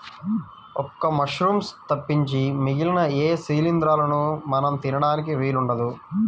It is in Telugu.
ఒక్క మశ్రూమ్స్ తప్పించి మిగిలిన ఏ శిలీంద్రాలనూ మనం తినడానికి వీలు ఉండదు